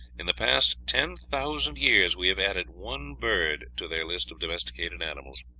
in the past ten thousand years we have added one bird to their list of domesticated animals!